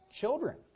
Children